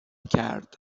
کرد